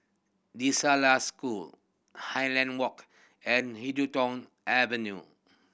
La School Highland Walk and Huddington Avenue